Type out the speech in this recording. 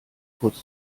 kurz